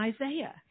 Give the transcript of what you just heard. Isaiah